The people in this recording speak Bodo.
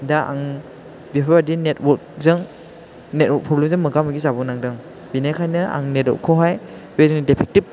दा आं बेफोर बायदि नेटवर्कजों नेटवर्क फ्रब्लेमजों मोगा मोगि जाबो नांदों बिनिखायनो आं नेटवर्कखौहाय बे जोंनि देफेकथिब